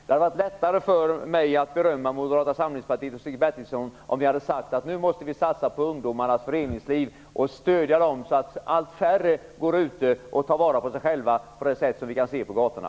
Det hade varit lättare för mig att berömma Moderata samlingspartiet och Stig Bertilsson om de hade sagt: Nu måste vi satsa på ungdomarnas föreningsliv och stödja ungdomarna så att allt färre går ute på gatorna och tar vara på sig själva.